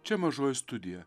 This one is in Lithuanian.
čia mažoji studija